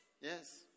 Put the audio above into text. Yes